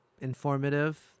Informative